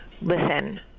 listen